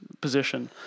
position